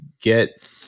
get